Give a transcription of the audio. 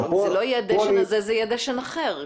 אם לא יהיה הדשן הזה, יהיה דשן אחר.